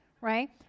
right